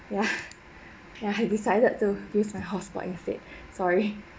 yeah yeah I decided to use my hotspot instead sorry